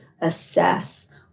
assess